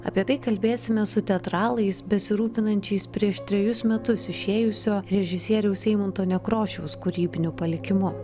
apie tai kalbėsime su teatralais besirūpinančiais prieš trejus metus išėjusio režisieriaus eimunto nekrošiaus kūrybiniu palikimu